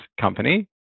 company